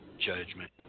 judgment